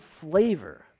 flavor